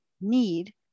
need